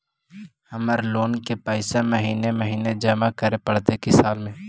हमर लोन के पैसा महिने महिने जमा करे पड़तै कि साल में?